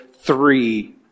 three